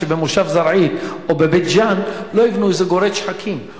שבמושב זרעית או בבית-ג'ן לא יבנו איזה